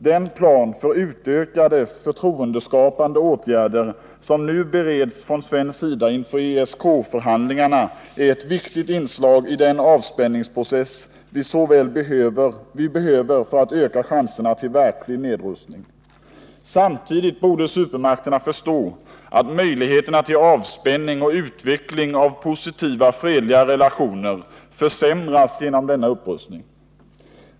Den plan för utökade förtroendeskapande åtgärder som nu bereds från svensk sida inför ESK-förhandlingarna är ett viktigt inslag i den avspänningsprocess vi så väl behöver för att öka chanserna till verklig nedrustning. Samtidigt borde supermakterna förstå att möjligheterna till avspänning och utveckling av positiva fredliga relationer försämras genom denna upprustning.